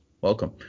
welcome